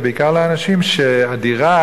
ובעיקר לאנשים שהדירה,